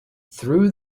through